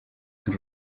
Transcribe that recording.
sin